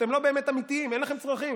אתם לא באמת אמיתיים, אין לכם צרכים.